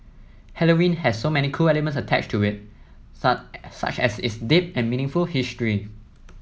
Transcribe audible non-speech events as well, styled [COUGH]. Halloween has so many cool elements attached to it [UNINTELLIGIBLE] such as its deep and meaningful history